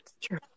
true